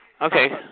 Okay